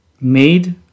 made